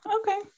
Okay